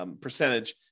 percentage